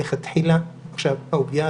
אהוביה,